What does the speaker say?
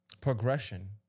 progression